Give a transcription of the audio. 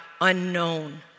unknown